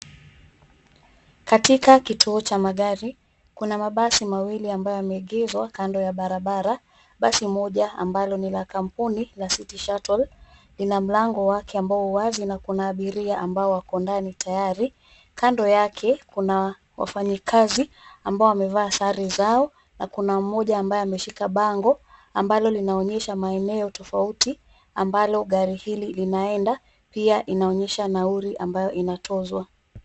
Katika kituo cha magari kuna mabasi mawili ambayo yameegezwa kando ya barabara. Basi moja ambalo ni la kampuni la City Shuttle, lina mlango wake ambao wazi na kuna abiria ambao wako ndani tayari. Kando yake kuna wafanyikazi ambao wamevaa sare zao na kuna mmoja ambaye ameshika bango ambalo linaonyesha maeneo tofauti ambalo gari hili linaenda pia inaonyesha nauli inatozwa.